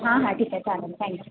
हां हां ठीक चालेल थँक्यू